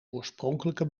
oorspronkelijke